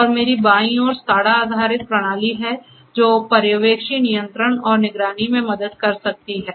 और मेरे बाईं ओर SCADA आधारित प्रणाली है जो पर्यवेक्षी नियंत्रण और निगरानी में मदद कर सकती है